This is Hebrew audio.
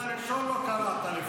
אפילו את המשפט הראשון לא קראת לפני.